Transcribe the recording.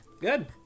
Good